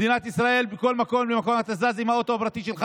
במדינת ישראל בכל מקום ומקום אתה זז עם האוטו הפרטי שלך,